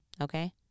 Okay